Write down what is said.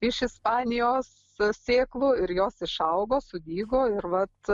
iš ispanijos sėklų ir jos išaugo sudygo ir vat